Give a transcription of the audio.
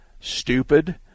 stupid